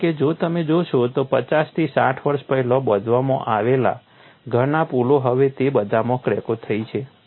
કારણ કે જો તમે જોશો તો પચાસથી સાઠ વર્ષ પહેલાં બાંધવામાં આવેલા ઘણા પુલો હવે તે બધામાં ક્રેકો થઈ છે